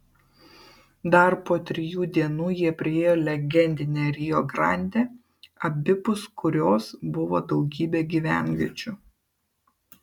dar po trijų dienų jie priėjo legendinę rio grandę abipus kurios buvo daugybė gyvenviečių